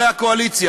החוק.